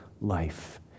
life